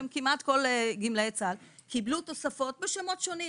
כמעט כל גמלאי צה"ל קיבלו תוספות בשמות שונים,